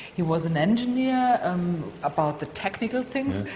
he was an engineer um about the technical things,